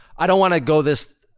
i don't wanna go this,